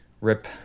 Rip